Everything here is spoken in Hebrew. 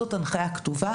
זאת הנחיה כתובה.